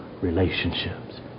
relationships